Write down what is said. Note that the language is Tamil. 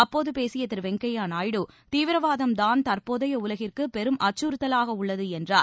அப்போது பேசிய திரு வெங்கையா நாயுடு தீவிரவாதம்தாள் தற்போதைய உலகிற்கு பெரும் அச்சுறுத்தலாக உள்ளது என்றார்